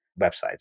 websites